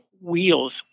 wheels